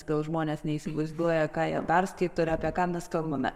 gal žmonės neįsivaizduoja ką jie perskaito ir apie ką mes kalbame